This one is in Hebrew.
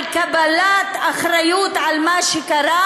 על קבלת אחריות למה שקרה